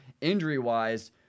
injury-wise